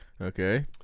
Okay